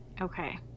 Okay